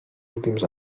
últims